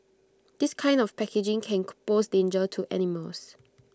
this kind of packaging can pose danger to animals